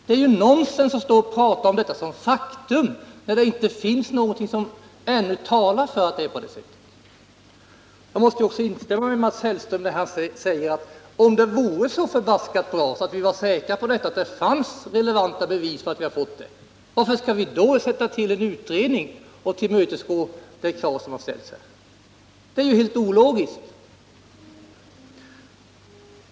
Det är ju nonsens att prata om detta som ett faktum, när det inte finns någonting som talar för att det är på det sättet. Jag måste instämma med Mats Hellström, när han säger att om det vore så förfärligt bra att det fanns relevanta bevis för att vi har fått beställningar i Sverige, varför skall vi då tillmötesgå det krav som har ställts om en utredning? Det är ju helt ologiskt.